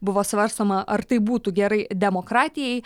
buvo svarstoma ar tai būtų gerai demokratijai